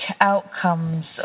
outcomes